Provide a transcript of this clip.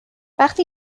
وقتی